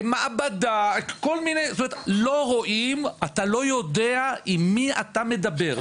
מעבדה, אתה לא יודע עם מי אתה מדבר.